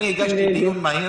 אני הגשתי דיון מהיר,